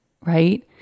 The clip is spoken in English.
right